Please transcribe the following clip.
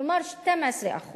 כלומר 12%